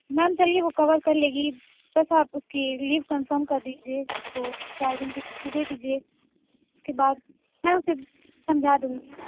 میم چلئے وہ کور کر لے گی بس آپ اُس کی لیو کنفرم کر دیجئے اُس کو چار دِن کی چُھٹی دے دیجئے اُس کے بعد میں اُسے سمجھا دوں گی